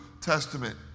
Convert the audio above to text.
Testament